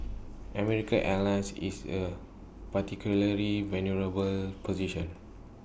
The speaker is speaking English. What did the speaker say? American airlines is A particularly vulnerable position